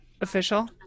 official